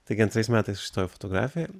taigi antrais metais aš įstojau į fotografiją